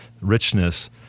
richness